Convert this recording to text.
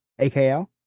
akl